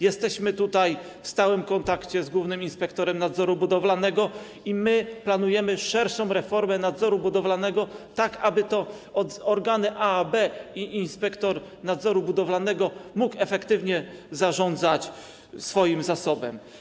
Jesteśmy tutaj w stałym kontakcie z głównym inspektorem nadzoru budowlanego i planujemy szerszą reformę nadzoru budowlanego, tak aby to organy A, B... aby inspektor nadzoru budowlanego mógł efektywnie zarządzać swoim zasobem.